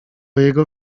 jego